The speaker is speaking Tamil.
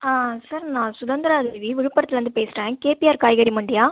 சார் நான் சுதந்திரா தேவி விழுப்புரத்துலேந்து பேசுகிறேன் கேப்பியார் காய்கறி மண்டியா